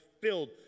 filled